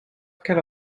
qu’elle